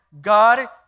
God